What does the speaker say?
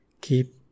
Keep